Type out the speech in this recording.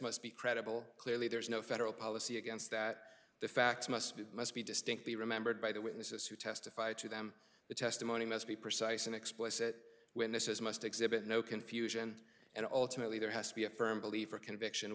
must be credible clearly there is no federal policy against that the facts must be must be distinctly remembered by the witnesses who testified to them the testimony must be precise and explicit witnesses must exhibit no confusion and ultimately there has to be a firm believer conviction